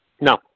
No